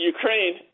Ukraine